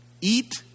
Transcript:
Eat